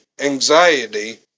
anxiety